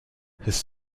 his